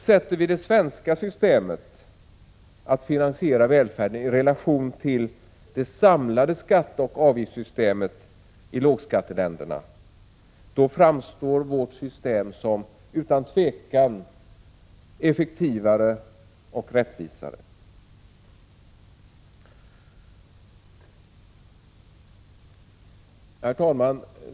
Sätter vi det svenska systemet att finansiera välfärden i relation till det samlade skatteoch avgiftssystemet i lågskatteländerna, framstår vårt system utan tvivel som effektivare och rättvisare. Herr talman!